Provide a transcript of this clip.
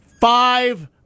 five